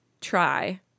try